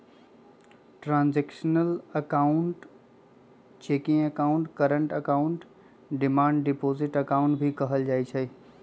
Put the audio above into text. transactional account checking account, current account, demand deposit account भी कहल जाहई